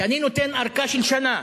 שאני נותן ארכה של שנה.